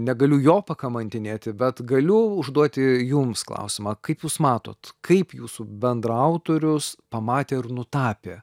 negaliu jo pakamantinėti bet galiu užduoti jums klausimą kaip jūs matot kaip jūsų bendraautorius pamatė ir nutapė